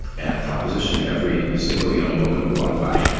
and propositioning every single young woman who walked by.